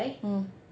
mm